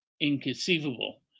inconceivable